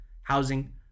housing